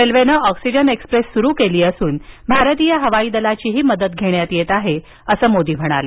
रेल्वेनं ऑक्सीजनएक्सप्रेस सुरू केली असून भारतीय हवाई दलाचीही मदत घेण्यात येत आहे असं मोदी म्हणाले